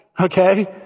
Okay